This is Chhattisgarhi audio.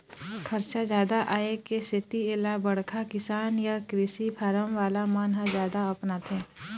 खरचा जादा आए के सेती एला बड़का किसान य कृषि फारम वाला मन ह जादा अपनाथे